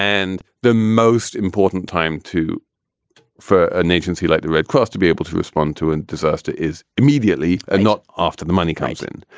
and the most important time to for an agency like the red cross to be able to respond to a and disaster is immediately and not after the money comes in.